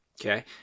Okay